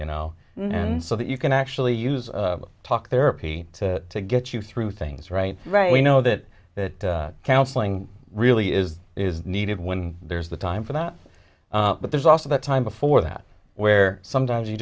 you know and so that you can actually use talk therapy to get you through things right right we know that that counselling really is is needed when there's the time for that but there's also the time before that where sometimes you